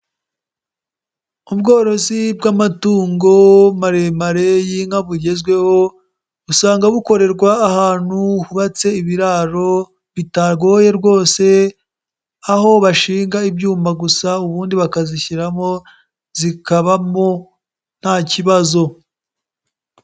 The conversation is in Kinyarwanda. Ubworozi bw'amatungo maremare y'inka bugezweho usanga bukorerwa ahantu hubatse ibiraro bitagoye rwose, aho bashinga ibyuma gusa ubundi bakazishyiramo zikabamo nta kibazo.